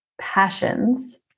passions